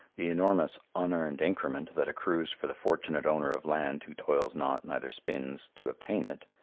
the enormous unearned increment that accrues for the fortunate owner of land who toils not neither spins to obtain it,